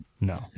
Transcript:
No